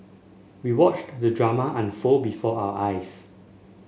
we watched the drama unfold before our eyes